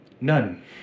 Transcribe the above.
None